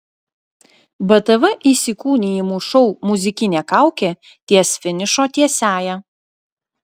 btv įsikūnijimų šou muzikinė kaukė ties finišo tiesiąja